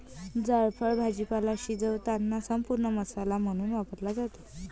जायफळ भाजीपाला शिजवताना संपूर्ण मसाला म्हणून वापरला जातो